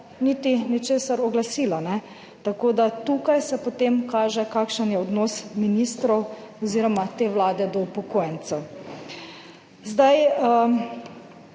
niti ničesar oglasila, ne. Tako da tukaj se potem kaže kakšen je odnos ministrov oziroma te Vlade do upokojencev. Zdaj,